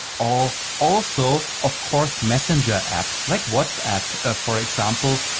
or also of course messenger apps like whatsapp for example.